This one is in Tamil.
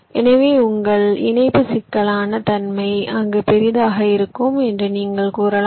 எனவே உங்கள் இணைப்பு சிக்கலான தன்மை அங்கு பெரியதாக இருக்கும் என்று நீங்கள் கூறலாம்